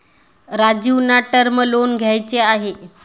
राजीवना term loan घ्यायचे आहे